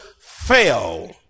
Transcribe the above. fell